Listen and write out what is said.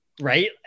Right